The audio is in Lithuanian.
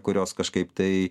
kurios kažkaip tai